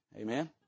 Amen